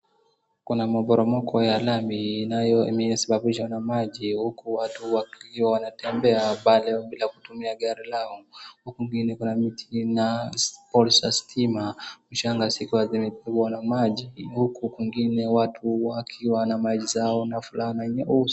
kuna mporomoko wa lami inayosababishwa na maji huku watu wa kijiji wanatembea bila kutumia gari lao huku kwingie kuna mti na posti ya stima mchanga imebebwa na maji huku kwingine watu wengine wakiwa na mali zao.